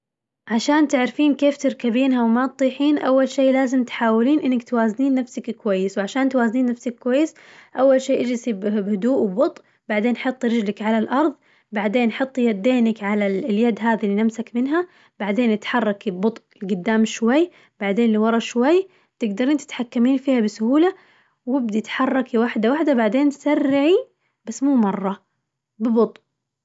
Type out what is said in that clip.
عشان تعرفين كيف تركبينها وما تطيحين أول شي لازم تحاولين إنك توازنين نفسك كويس، وعشان توازنين نفسك كويس أول شي اجلسي به- بهدوء وببطئ وبعدين حطي رجلك على الأرظ، بعدين حطي يدينك على ال- اليد هذي اللي نمسك منها بعدين تحركي ببطئ لقدام شوي، بعدين لورا شوي تقدرين تتحكمين فيها بسهولة، وابدي تحركي وحدة وحدة بعدين سرعي بس مو مرة ببطئ.